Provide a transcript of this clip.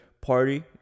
party